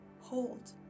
Hold